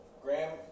Graham